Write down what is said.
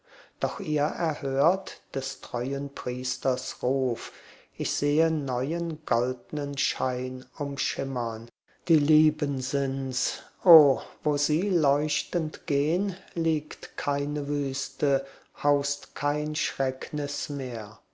doch ihr erhört des treuen priesters ruf ich sehe neuen goldnen schein umschimmern die lieben sind's o wo sie leuchtend gehn liegt keine wüste haust kein schrecknis mehr